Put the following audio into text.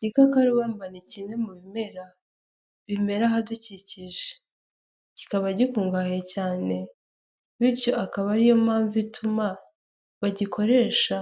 Igikakarubamba ni kimwe mu bimera bimera ahadukikije. Kikaba gikungahaye cyane, bityo akaba ariyo mpamvu ituma bagikoresha